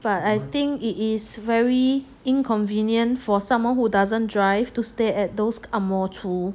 but I think it is very inconvenient for someone who doesn't drive to stay at those ang moh chu